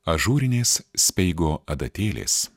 ažūrinės speigo adatėlės